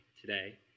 today